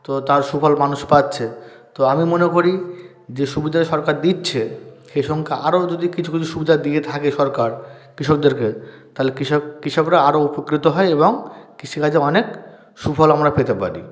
তো তার সুফল মানুষ পাচ্ছে তো আমি মনে করি যে সুবিধা সরকার দিচ্ছে সে সঙ্গে আরও যদি কিছু কিছু সুবিধা দিয়ে থাকে সরকার কৃষকদেরকে তাহলে কৃষক কৃষকরা আরও উপকৃত হয় এবং কৃষিকাজে অনেক সুফল আমরা পেতে পারি